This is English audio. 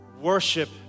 worship